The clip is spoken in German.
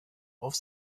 auf